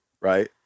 right